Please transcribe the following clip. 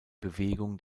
bewegung